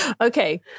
Okay